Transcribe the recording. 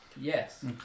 Yes